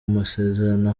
masezerano